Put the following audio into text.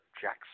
Jackson